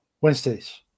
Wednesdays